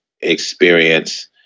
experience